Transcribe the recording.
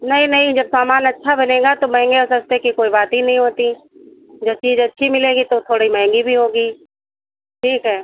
नहीं नहीं जब सामान अच्छा बनेगा तो महंगे और सस्ते की कोई बात ही नहीं होती जो चीज़ अच्छी मिलेगी तो थोड़ी महंगी भी होगी ठीक है